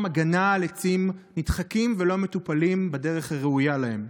הגנה על עצים נדחקים ולא מטופלים בדרך הראויה להם.